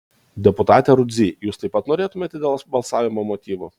deputate rudzy jūs taip pat norėtumėte dėl balsavimo motyvų